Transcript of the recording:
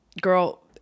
Girl